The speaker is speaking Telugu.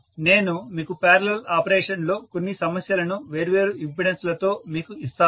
నేను మీకు పారలల్ ఆపరేషన్ లో కొన్ని సమస్యలను వేర్వేరు ఇంపెడెన్స్ లతో మీకు ఇస్తాను